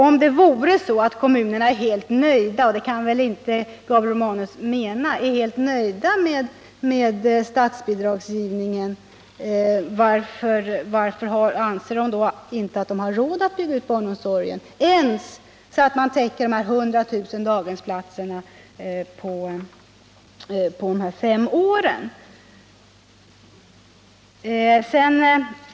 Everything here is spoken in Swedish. Om kommunerna vore helt nöjda med statsbidragsgivningen — och det kan väl inte Gabriel Romanus mena — varför anser de då att de inte har råd att bygga ut barnomsorgen ens för att täcka de 100000 daghemsplatserna enligt femårsplanen?